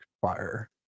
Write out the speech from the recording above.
fire